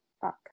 fuck